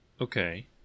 Okay